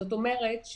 זאת אומרת,